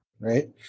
Right